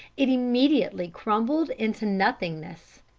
it immediately crumbled into nothingness.